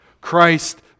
Christ